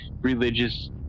religious